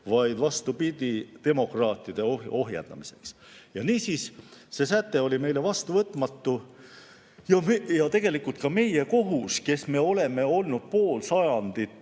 vaid vastupidi, demokraatide ohjeldamiseks. Niisiis, see säte oli meile vastuvõtmatu. Tegelikult meie, kes me oleme pool sajandit